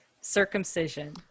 circumcision